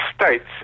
states